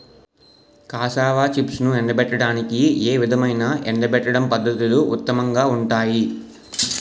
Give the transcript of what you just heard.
Cassava చిప్స్ను ఎండబెట్టడానికి ఏ విధమైన ఎండబెట్టడం పద్ధతులు ఉత్తమంగా ఉంటాయి?